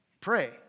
Pray